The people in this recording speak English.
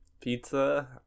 pizza